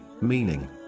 meaning